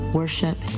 worship